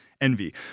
envy